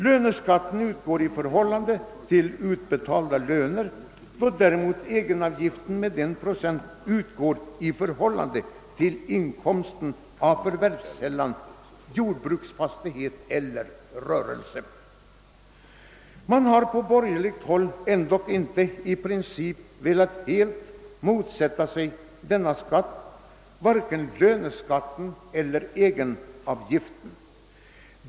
Löneskatten utgår i förhållande Man har på borgerligt håll ändock inte i princip velat helt motsätta sig vare sig löneskatten eller egenavgiften.